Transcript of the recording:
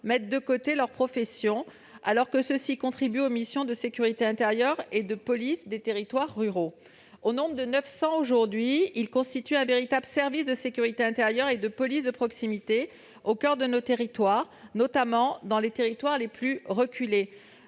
mette de côté leur profession, alors qu'ils contribuent aux missions de sécurité intérieure et de police des territoires ruraux. Au nombre de 900 aujourd'hui, ils constituent un véritable service de sécurité intérieure et de police de proximité au coeur de nos territoires, notamment dans les plus reculés